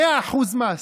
100% מס,